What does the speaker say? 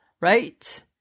Right